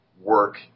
work